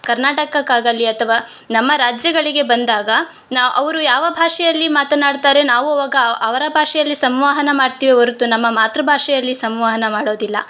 ಕರ್ನಾಟಕಕ್ಕಾಗಲಿ ಅಥವಾ ನಮ್ಮ ರಾಜ್ಯಗಳಿಗೆ ಬಂದಾಗ ನ ಅವರು ಯಾವ ಭಾಷೆಯಲ್ಲಿ ಮಾತನಾಡ್ತರೆ ನಾವು ಅವಾಗ ಅವರ ಭಾಷೆಯಲ್ಲಿ ಸಂವಹನ ಮಾಡ್ತಿವಿ ಹೊರ್ತು ನಮ್ಮ ಮಾತೃ ಭಾಷೆಯಲ್ಲಿ ಸಂವಹನ ಮಾಡೋದಿಲ್ಲ